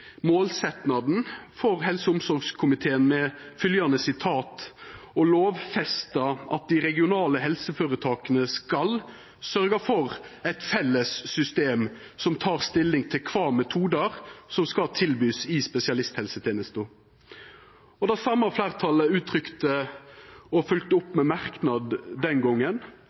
omsorgskomiteen: «å lovfeste at de regionale helseforetakene skal sørge for et felles system som tar stilling til hvilke metoder som skal tilbys i spesialisthelsetjenesten.» Det same fleirtalet uttrykte og fylgde opp med merknad den